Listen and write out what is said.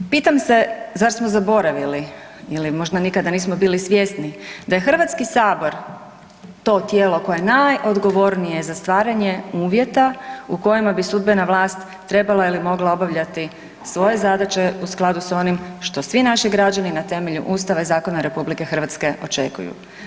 Pitam se zar smo zaboravili ili možda nikada nismo bili svjesni da je HS to tijelo koje je najodgovornije za stvaranje uvjeta u kojima bi sudbena vlast trebala ili mogla obavljati svoje zadaće u skladu s onim što svi naši građani na temelju ustava i zakona RH očekuju.